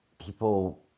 people